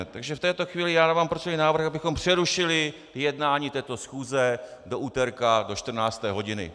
Takže v této chvíli dávám procedurální návrh, abychom přerušili jednání této schůze do úterka do 14. hodiny.